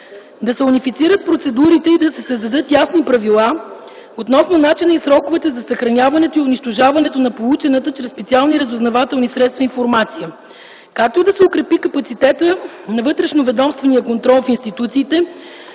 Да се унифицират процедурите и да се създадат ясни правила, относно начина и сроковете за съхраняването и унищожаването на получената чрез специални разузнавателни средства информация, както и да се укрепи капацитета на вътрешно-ведомствения контрол в институциите,